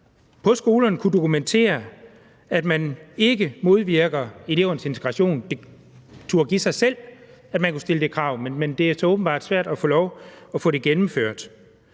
på skolerne bør kunne dokumentere, at man ikke modvirker elevernes integration. Det turde give sig selv, at man kunne stille det krav, men det er åbenbart svært at få lov at få det gennemført.